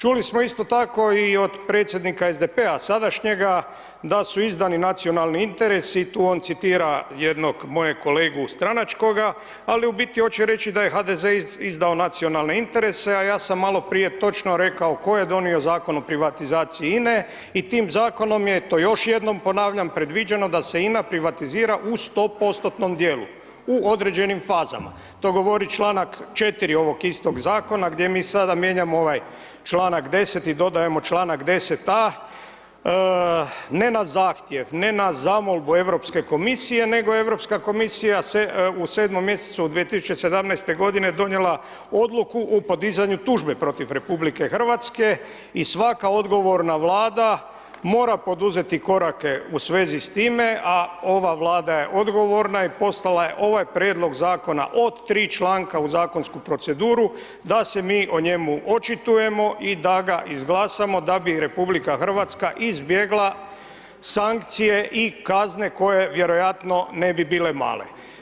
Čuli smo isto tako i od predsjednika SDP sadašnjega da su izdani nacionalni interesi tu on citira jednog mojeg kolegu stranačkoga, ali u biti oće reći da je HDZ izdao nacionalne interese, a ja sam maloprije točno rekao ko donio Zakon o privatizaciji INE i tim zakonom je, to još jednom ponavljam predviđeno da se INA privatizira u 100% dijelu, u određenim fazama, to govori članak 4. ovog istog zakona gdje mi sada mijenjamo ovaj članak 10. i dodajemo članak 10a., ne na zahtjev, ne na zamolbu Europske komisije, nego Europska komisija se u 7. mjesecu 2017. godine donijela odluku o podizanju tužbe protiv RH i svaka odgovorna vlada mora poduzeti korake u svezi s time, a ova Vlada je odgovorna i poslala je ovaj prijedlog zakona od 3 članka u zakonsku proceduru da se mi o njemu očitujemo i da ga izglasamo da bi RH izbjegla sankcije i kazne koje vjerojatno ne bi bile male.